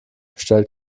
stellt